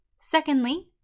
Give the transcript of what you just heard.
Secondly